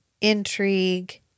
intrigue